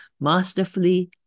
masterfully